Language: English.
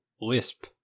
lisp